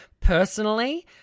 Personally